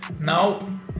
Now